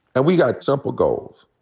and we got simple goals.